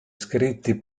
scritti